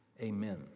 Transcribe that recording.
Amen